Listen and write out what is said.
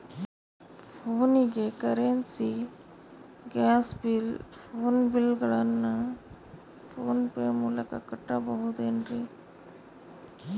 ಫೋನಿಗೆ currency, gas bill, phone bill ಗಳನ್ನು PhonePe ಮೂಲಕ ಕಟ್ಟಬಹುದೇನ್ರಿ?